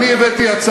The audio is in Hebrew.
אדוני ראש